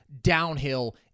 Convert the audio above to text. downhill